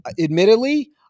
admittedly